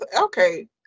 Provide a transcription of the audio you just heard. okay